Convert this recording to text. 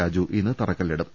രാജു ഇന്ന് തറക്കല്ലിടും